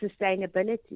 sustainability